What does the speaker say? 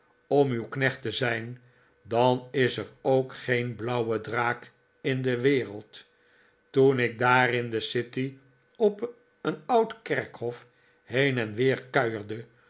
om uw knecht te zijn dan is er ook geen blauwe draak in de wereld toen ik daar in de city op een oud kerkhof heen en weer kuierde